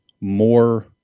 more